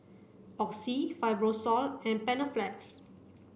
Oxy Fibrosol and Panaflex